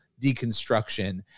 deconstruction